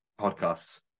podcasts